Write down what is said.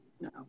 no